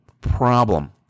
problem